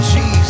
Jesus